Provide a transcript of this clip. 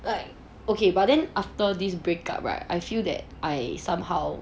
like okay but then after this break up right I feel that I somehow